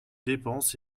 dépenses